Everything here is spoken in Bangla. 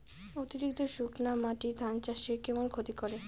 অতিরিক্ত শুকনা মাটি ধান চাষের কেমন ক্ষতি করে?